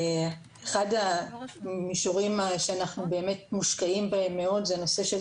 אחד המישורים שאנחנו באמת מושקעים בהם מאוד זה הנושא של